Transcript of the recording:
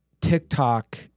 TikTok